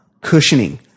cushioning